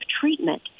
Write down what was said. treatment